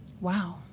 Wow